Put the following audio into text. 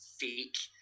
fake